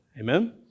Amen